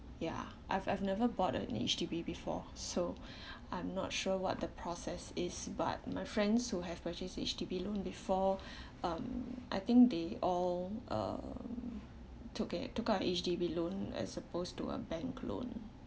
ya I've I've never bought a H_D_B before so I'm not sure what the process is but my friends who have purchased H_D_B loan before um I think they all um took a took out a H_D_B loan as opposed to a bank loan